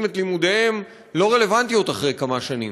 את לימודיהם לא רלוונטיות אחרי כמה שנים.